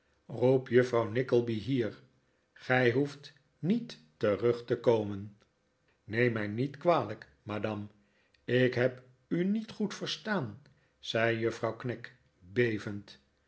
roep juffrouw nickleby hier gij hoeft niet terug te komen neem mij niet kwalijk madame ik heb u niet goed verstaan zei juffrouw knag bevend